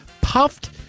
puffed